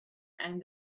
and